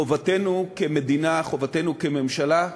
חובתנו כמדינה, חובתנו כממשלה,